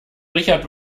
richard